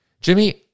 Jimmy